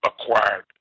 acquired